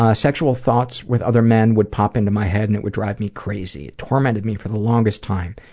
ah sexual thoughts with other men would pop into my head and it would drive me crazy. it tormented me for the longest time,